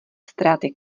ztráty